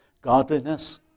godliness